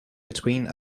between